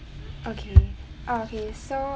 okay okay so